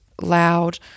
loud